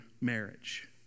marriage